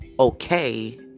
okay